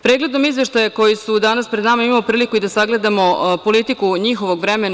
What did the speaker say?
Pregledom izveštaja koji su danas pred nama imamo priliku i da sagledamo politiku njihovog vremena.